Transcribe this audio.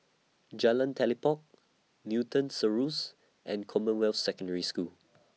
Jalan Telipok Newton Cirus and Commonwealth Secondary School